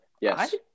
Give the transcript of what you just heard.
Yes